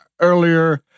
earlier